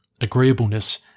Agreeableness